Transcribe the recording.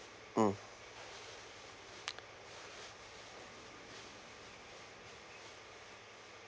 mm